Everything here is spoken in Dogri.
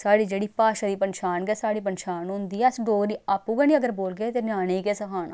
साढ़ी जेह्ड़ी भाशा दी पंछान गै साढ़ी पंछान होंदी ऐ अस डोगरी आपूं गै अगर बोलगे ते ञ्यानें गी केह् सखाना